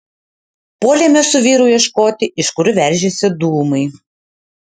puolėme su vyru ieškoti iš kur veržiasi dūmai